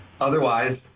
Otherwise